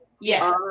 Yes